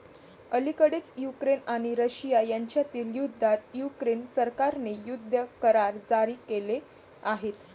अलिकडेच युक्रेन आणि रशिया यांच्यातील युद्धात युक्रेन सरकारने युद्ध करार जारी केले आहेत